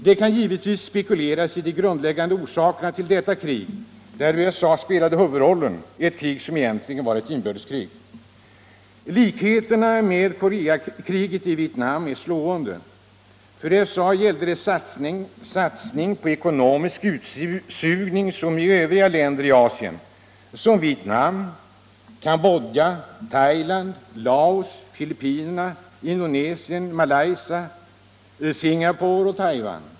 Det kan givetvis spekuleras i de grundläggande orsakerna till detta krig, där USA spelade huvudrollen trots att det egentligen var ett inbördeskrig. Likheterna med kriget i Vietnam är slående. För USA gällde det satsning på ekonomisk utsugning som i övriga länder i Asien, såsom Vietnam, Cambodja, Thailand, Laos, Filippinerna, Indonesien, Malaysia, Singapore och Taiwan.